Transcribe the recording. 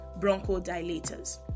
bronchodilators